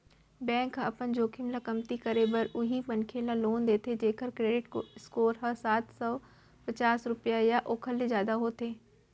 bank ह अपन जोखिम ल कमती करे बर उहीं मनखे ल लोन देथे जेखर करेडिट स्कोर ह सात सव पचास रुपिया या ओखर ले जादा होथे